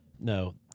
No